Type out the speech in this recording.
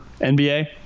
nba